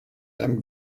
einem